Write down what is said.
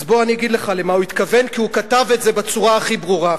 מה הוא התכוון ברנזון?